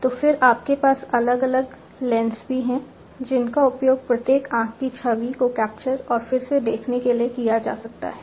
तो फिर आपके पास अलग अलग लेंस भी हैं जिनका उपयोग प्रत्येक आंख की छवि को कैप्चर और फिर से देखने के लिए किया जा सकता है